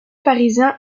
parisien